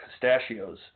pistachios